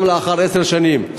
גם לאחר עשר שנים.